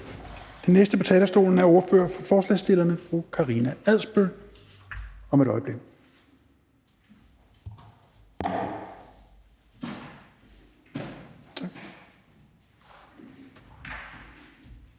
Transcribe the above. Den næste på talerstolen er ordfører for forslagsstillerne, fru Karina Adsbøl. Værsgo. Kl.